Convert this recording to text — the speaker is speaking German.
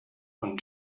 von